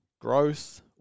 growth